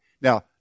Now